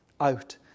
out